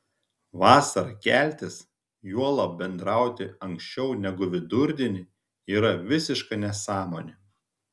vasarą keltis juolab bendrauti anksčiau negu vidurdienį yra visiška nesąmonė